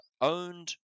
owned